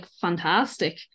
fantastic